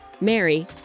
Mary